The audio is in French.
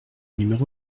numéro